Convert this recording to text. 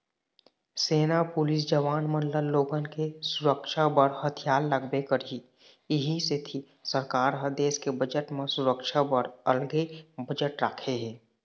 सेना, पुलिस जवान मन ल लोगन के सुरक्छा बर हथियार लागबे करही इहीं सेती सरकार ह देस के बजट म सुरक्छा बर अलगे बजट राखे हे